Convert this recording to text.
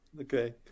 Okay